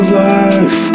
life